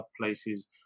places